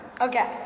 Okay